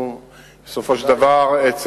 בסופו של דבר, אנחנו